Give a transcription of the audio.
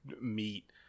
meat